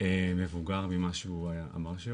מבוגר ממה שהוא אמר שהוא